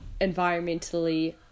environmentally